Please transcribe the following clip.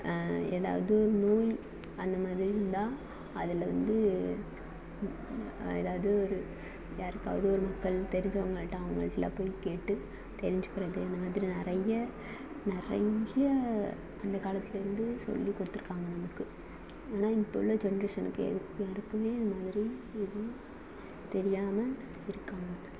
எதாவது நோய் அந்த மாதிரி வந்தா அதில் வந்து எதாவது ஒரு யாருக்காவது ஒரு மக்கள் தெரிஞ்சவங்கள்கிட்ட அவங்கள்ட்டலாம் போய் கேட்டு தெரிஞ்சிக்கிறது இந்த மாதிரி நிறைய நிறைய அந்த காலத்துலருந்து சொல்லிக்கொடுத்துருக்காங்க நமக்கு ஆனால் இப்போ உள்ள ஜென்ரேஷனுக்கு எதுக்கும் யாருக்குமே இந்த மாதிரி எதுவும் தெரியாம இருக்காங்க